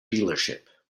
dealership